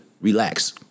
relax